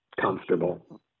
comfortable